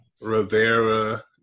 Rivera